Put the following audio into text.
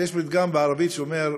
יש פתגם בערבית שאומר,